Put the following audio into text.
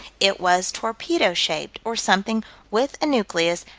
it was torpedo-shaped, or something with a nucleus,